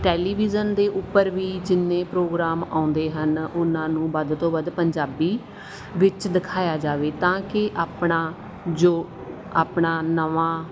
television ਦੇ ਉੱਪਰ ਵੀ ਜਿੰਨੇ ਪ੍ਰੋਗਰਾਮ ਆਉਂਦੇ ਹਨ ਉਨ੍ਹਾਂ ਨੂੰ ਵੱਧ ਤੋਂ ਵੱਧ ਪੰਜਾਬੀ ਵਿੱਚ ਦਿਖਾਇਆ ਜਾਵੇ ਤਾਂ ਕਿ ਆਪਣਾ ਜੋ ਆਪਣਾ ਨਵਾਂ